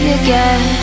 again